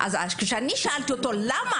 אבל כשאני שאלתי למה?